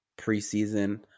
preseason